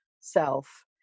self